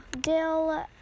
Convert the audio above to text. Dill